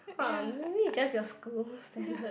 uh maybe it's just your school standard